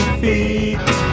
feet